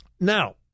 Now